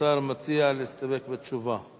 השר מציע להסתפק בתשובה.